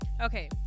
Okay